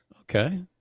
Okay